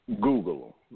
Google